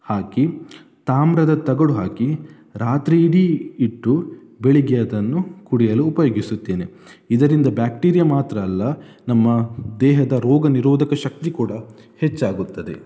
ಹಾಕಿ ತಾಮ್ರದ ತಗಡು ಹಾಕಿ ರಾತ್ರಿ ಇಡೀ ಇಟ್ಟು ಬೆಳಗ್ಗೆ ಅದನ್ನು ಕುಡಿಯಲು ಉಪಯೋಗಿಸುತ್ತೇನೆ ಇದರಿಂದ ಬ್ಯಾಕ್ಟೀರಿಯ ಮಾತ್ರ ಅಲ್ಲ ನಮ್ಮ ದೇಹದ ರೋಗ ನೀರೋಧಕ ಶಕ್ತಿ ಕೂಡ ಹೆಚ್ಚಾಗುತ್ತದೆ